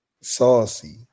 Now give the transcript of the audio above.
Saucy